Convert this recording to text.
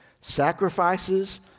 sacrifices